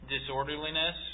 disorderliness